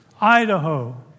Idaho